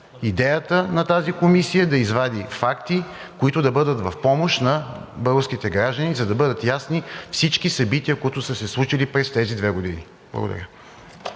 Идеята на тази комисия е да извади факти, които да бъдат в помощ на българските граждани, за да бъдат ясни всички събития, които са се случили през тези две години. Благодаря.